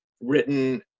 written